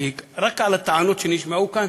כי רק על הטענות שנשמעו כאן